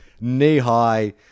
knee-high